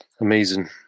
Amazing